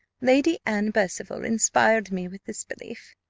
lady anne percival inspired me with this belief,